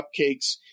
cupcakes